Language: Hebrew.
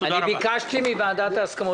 ביקשתי מוועדת ההסכמות,